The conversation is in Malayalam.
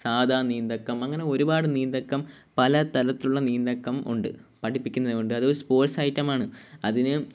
സാദാ നീന്തക്കം അങ്ങനെ ഒരുപാട് നീന്തക്കം പലതരത്തിലുള്ള നീന്തക്കം ഉണ്ട് പഠിപ്പിക്കുന്നതുണ്ട് അത് സ്പോർട്സ് ഐറ്റമാണ് അതിന്